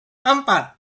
empat